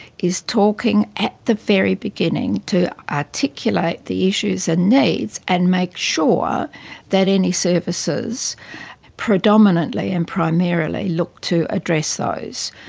is talking at the very beginning to articulate the issues and needs and make sure that any services predominantly and primarily look to address those.